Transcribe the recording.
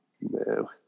No